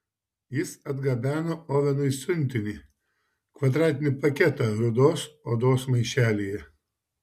jis atgabeno ovenui siuntinį kvadratinį paketą rudos odos maišelyje